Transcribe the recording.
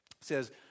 says